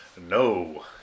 no